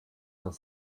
dans